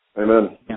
Amen